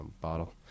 bottle